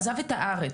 עזב את הארץ.